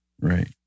right